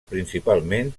principalment